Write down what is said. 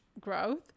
growth